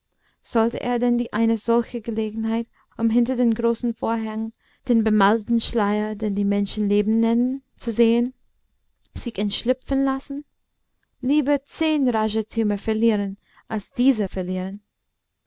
sollte er denn eine solche gelegenheit um hinter den großen vorhang den bemalten schleier den die menschen leben nennen zu sehen den bemalten schleier usw ein lieblingsbild shelleys sich entschlüpfen lassen lieber zehn rajatümer verlieren als diese verlieren